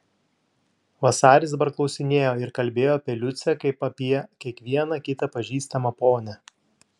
vasaris dabar klausinėjo ir kalbėjo apie liucę kaip apie kiekvieną kitą pažįstamą ponią